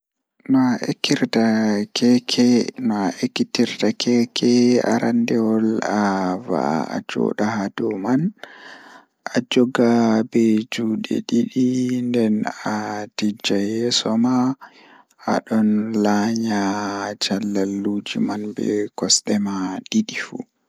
No a ekititta Keke So aɗa waawi yejjude, naatude balɗe ngal. Foti hoɗde laawol ngal e seede, ngal ɓuri aɗa waawataa wi'ude. Foti bimbiɗɗude laawol ngal ndi e kaayri e kuuɓu to ndin aɗa waɗi daɗɗo. Aɗa woni, foti beydude ko goɗɗum. So ndiyam foti firti ɗum ko caɗeele ngal, foti njiytee e hoore laawol